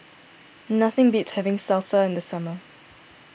nothing beats having Salsa in the summer